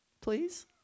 please